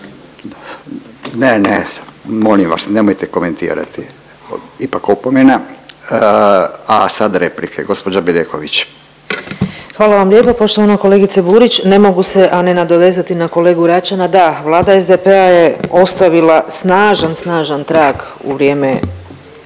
Ne, ne, molim vas, nemojte komentirati. Ipak opomena. A sada replike, gđa Bedeković. **Bedeković, Vesna (HDZ)** Hvala vam lijepo, poštovana kolegice Burić, ne mogu se a ne nadovezati na kolegu Račana, da, vlada SDP-a je ostavila snažan, snažan trag u vrijeme